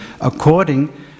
according